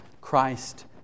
Christ